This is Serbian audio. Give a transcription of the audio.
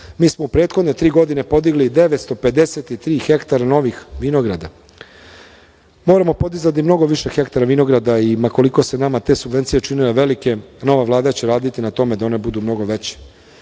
Mi smo u prethodne tri godine podigli 953 hektara novih vinograda. Moramo podizati mnogo više hektara vinograda i ma koliko se nama te subvencije činile velike, nova Vlada će raditi na tome da one budu mnogo veće. Što